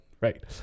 right